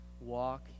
walk